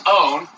own